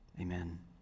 Amen